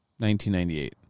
1998